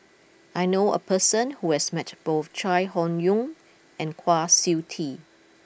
I knew a person who has met both Chai Hon Yoong and Kwa Siew Tee